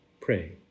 pray